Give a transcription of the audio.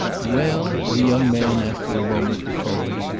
well, the young man after a moment returned,